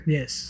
Yes